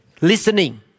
Listening